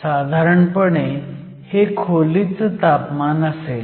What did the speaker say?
साधारणपणे हे खोलीचं तापमान असेल